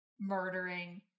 murdering